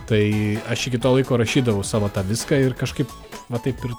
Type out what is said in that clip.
tai aš iki to laiko rašydavau savo tą viską ir kažkaip va taip ir